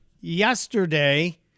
yesterday